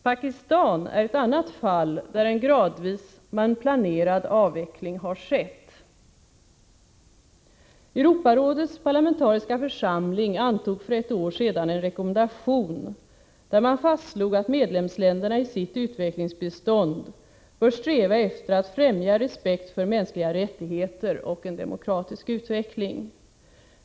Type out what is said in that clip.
Pakistan är ett annat fall där en gradvis men planerad avveckling har skett. Europarådets parlamentariska församling antog för ett år sedan en rekommendation där man fastslog att medlemsländerna i sitt utvecklingsbistånd bör sträva efter att främja respekt för mänskliga rättigheter och en demokratisk utveckling.